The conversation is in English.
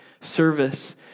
service